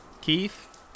Keith